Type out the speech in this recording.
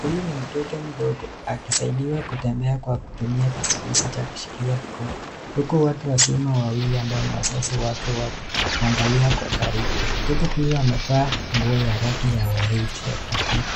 Huyu ni mtoto mdogo akisaidiwa kutembea kwa kutumia kizuizi cha kushikilia mkono huku watu wazima wawili ambao ni wazazi wake wakimuangalia kwa karibu. Mtoto huyo amevaa nguo ya rangi ya waridi ya kijivu .